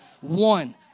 One